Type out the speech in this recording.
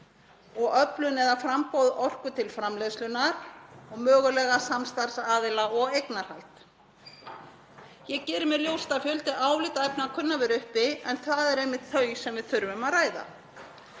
og öflun eða framboð orku til framleiðslunnar og mögulega samstarfsaðila og eignarhald. Ég geri mér ljóst að fjöldi álitaefna kunni að vera uppi en það eru einmitt þau sem við þurfum að ræða.